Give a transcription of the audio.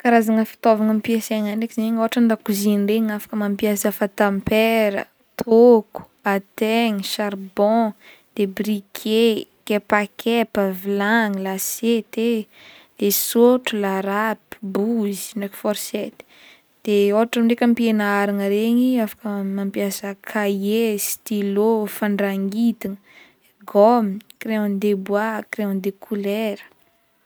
Karazagna fitaovagna ampiasaigna ndraiky zegny ohatra andakozy regny afaka mampiasa fantampera, tôko, antaigny, charbon, de biquet, kepakepa vilany, lasety ee, de sotro, la rapy, bozy, forchety de ohatra hoe ampianaragna regny de afaka mampiasa: cahier, stylo, fandrangitana, gomme, crayon de bois, crayon de kolera.